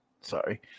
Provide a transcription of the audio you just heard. sorry